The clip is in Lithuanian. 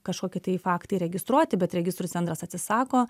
kažkokį tai faktą įregistruoti bet registrų centras atsisako